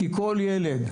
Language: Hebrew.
כי כל ילד,